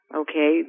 okay